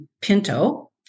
Pinto